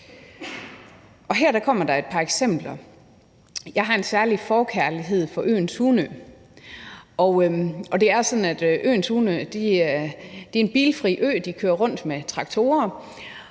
Her kommer der et par eksempler: Jeg har en særlig forkærlighed for øen Tunø. Det er sådan, at øen Tunø er en bilfri ø. De kører rundt med traktorer,